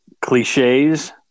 cliches